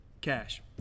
cash